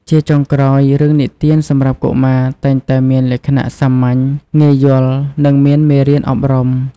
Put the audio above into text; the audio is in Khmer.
ជាចុងក្រោយ រឿងនិទានសម្រាប់កុមារ តែងតែមានលក្ខណៈសាមញ្ញ ងាយយល់ និងមានមេរៀនអប់រំ។